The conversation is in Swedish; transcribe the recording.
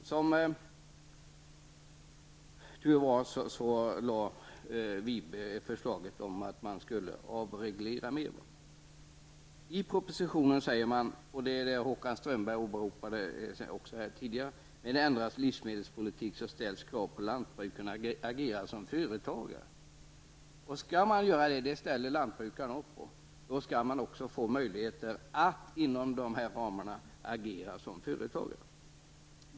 Som tur var lade Sören Wiberg fram förslag om att man skulle avreglera mera. Håkan Strömberg åberopade här tidigare propositionen. I den sägs att det med en ändrad livsmedelspolitik ställs krav på lantbrukarna att de skall agera som företagare. Om lantbrukarna går med på detta, skall de också få möjligheter att inom vissa ramar agera som företagare.